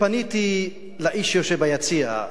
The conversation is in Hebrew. פניתי אל האיש שיושב ביציע,